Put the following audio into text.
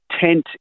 tent